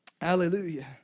Hallelujah